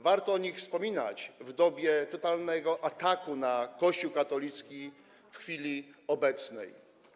Warto o nich wspominać w dobie totalnego ataku na Kościół katolicki w chwili obecnej.